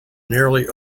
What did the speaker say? nearly